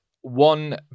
one